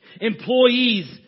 employees